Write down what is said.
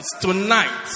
Tonight